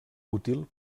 útil